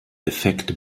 effekt